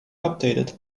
updated